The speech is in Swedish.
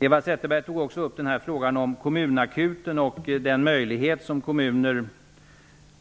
Eva Zetterberg tog också upp frågan om kommunakuten och den möjlighet som kommuner